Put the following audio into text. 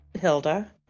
Hilda